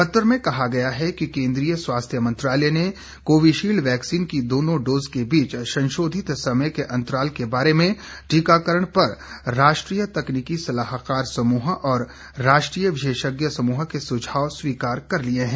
पत्र में कहा गया है कि केंद्रीय स्वास्थ्य मंत्रालय ने कोविशील्ड वैक्सीन की दोनों डोज के बीच संशोधित समय के अंतराल के बारे में टीकाकरण पर राष्ट्रीय तकनीकी सलाहकार समूह और राष्ट्रीय विशेषज्ञ समूह के सुझाव स्वीकार कर लिए हैं